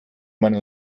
man